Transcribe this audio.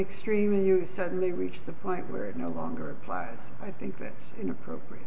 extreme you suddenly reach the point where it no longer applies i think that's inappropriate